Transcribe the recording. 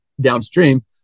downstream